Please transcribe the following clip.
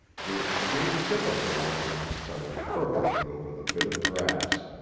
the extreme tip of the line settled perfectly over the bit of grass.